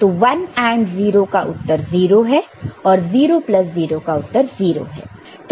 तो 1 AND 0 का उत्तर 0 है और 0 प्लस 0 का उत्तर 0 है